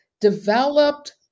developed